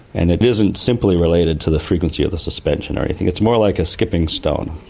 and it isn't simply related to the frequency of the suspension or anything, it's more like a skipping stone.